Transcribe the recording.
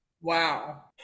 Wow